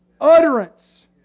Utterance